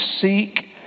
Seek